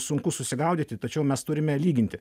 sunku susigaudyti tačiau mes turime lyginti